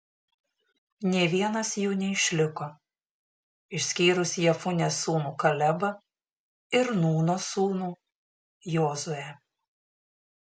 nė vienas jų neišliko išskyrus jefunės sūnų kalebą ir nūno sūnų jozuę